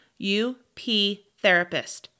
uptherapist